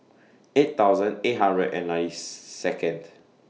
eight thousand eight hundred and ninety Second